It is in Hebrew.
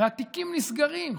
והתיקים נסגרים.